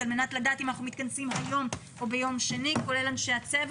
בלי שניתן